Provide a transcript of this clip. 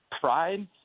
pride